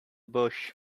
bush